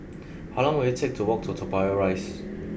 how long will it take to walk to Toa Payoh Rise